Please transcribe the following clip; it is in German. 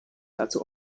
dazu